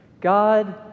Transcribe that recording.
God